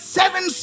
seven